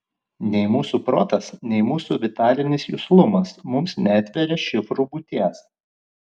nei mūsų protas nei mūsų vitalinis juslumas mums neatveria šifrų būties